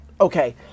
Okay